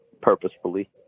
purposefully